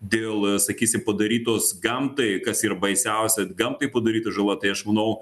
dėl sakysi padarytos gamtai kas ir baisiausia gamtai padaryta žala tai aš manau